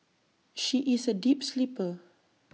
she is A deep sleeper